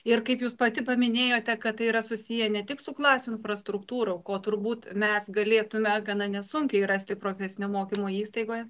ir kaip jūs pati paminėjote kad tai yra susiję ne tik su klasių infrastruktūra o ko turbūt mes galėtume gana nesunkiai rasti profesinio mokymo įstaigoje